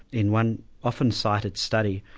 in one often-cited study,